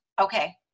Okay